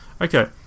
Okay